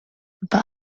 but